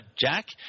Jack